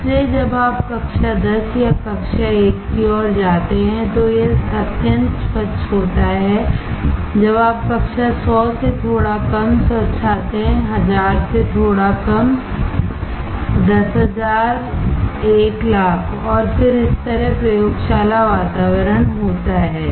इसलिए जब आप कक्षा 10 या कक्षा 1 की ओर जाते हैं तो यह अत्यंत स्वच्छ होता है जब आप कक्षा 100 से थोड़ा कम स्वच्छ आते हैं 1000 से थोड़ा कम 10000100000 और फिर इस तरह प्रयोगशाला वातावरण होता है